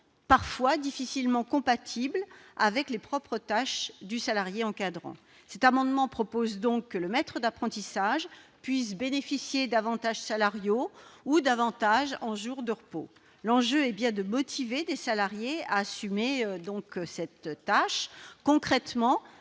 parfois incompatible avec les propres tâches du salarié encadrant. Cet amendement prévoit donc que le maître d'apprentissage bénéficie d'avantages en rémunération ou en jours de repos. L'enjeu est bien de motiver les salariés à assumer cette tâche. Concrètement,